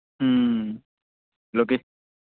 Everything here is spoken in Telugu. లోకే